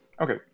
Okay